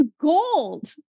gold